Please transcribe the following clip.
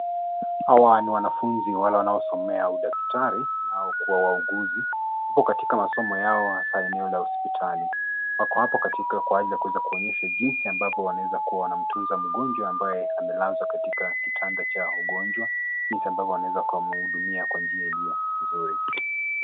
Hawa ni wanafunzi wale wanayo somea udaktari nayo kuwa wauguzi, upo katika masomo yao hasa eneo ya hospitali, wako hapo katika kwa hali ya kuonyesha jinsi ambapo wanaoweza tunza mgonjwa, ambaye amelaswa katika kitanda ya wagonjwa jinsi anaeza kumhudhumia kwa njia mzuri.